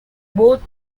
both